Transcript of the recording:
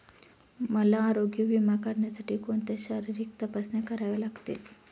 मला आरोग्य विमा काढण्यासाठी कोणत्या शारीरिक तपासण्या कराव्या लागतील?